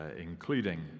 including